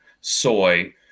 soy